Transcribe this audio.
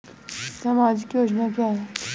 सामाजिक योजना क्या है?